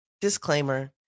disclaimer